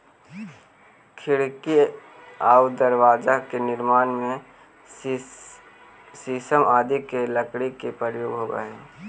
खिड़की आउ दरवाजा के निर्माण में शीशम आदि के लकड़ी के प्रयोग होवऽ हइ